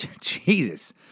Jesus